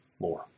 more